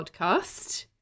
podcast